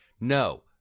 No